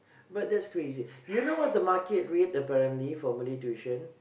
but that's crazy you know what is the market rate apparently for Malay tuition